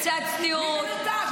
קצת צניעות.